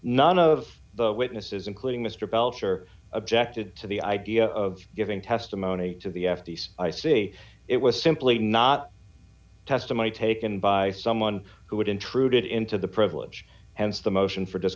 none of the witnesses including mr belcher objected to the idea of giving testimony to the f t c i see it was simply not testimony taken by someone who had intruded into the privilege hence the motion for